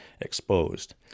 exposed